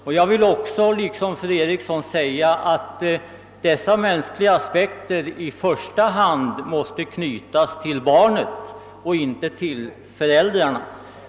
Liksom fru Eriksson anser jag, att dessa mänskliga aspekter i första hand måste knytas till barnet och inte till föräldrarna.